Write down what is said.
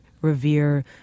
revere